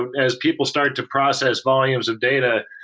as people started to process volumes of data,